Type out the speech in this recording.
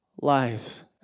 lives